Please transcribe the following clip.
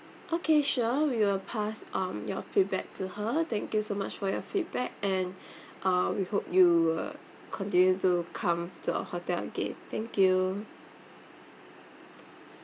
okay sure we will pass um your feedback to her thank you so much for your feedback and uh we hope you will continue to come to our hotel again thank you